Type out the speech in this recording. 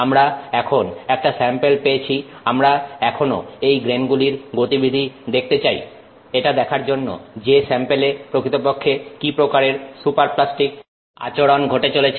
আমরা এখন একটা স্যাম্পেল পেয়েছি আমরা এখনো এই গ্রেনগুলির গতিবিধি দেখতে চাই এটা দেখার জন্য যে স্যাম্পেলে প্রকৃতপক্ষে কি প্রকারের সুপার প্লাস্টিক আচরণ ঘটে চলেছে